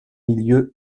milieux